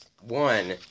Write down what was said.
one